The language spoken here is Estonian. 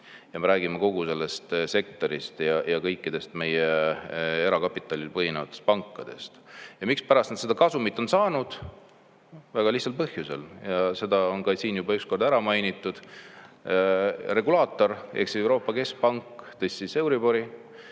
Me räägime kogu sellest sektorist ja kõikidest meie erakapitalil põhinevatest pankadest. Ja mispärast nad seda kasumit on saanud? Väga lihtsal põhjusel, seda on siin juba üks kord ära mainitud: regulaator ehk siis Euroopa Keskpank tõstis euribori